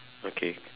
okay